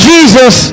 Jesus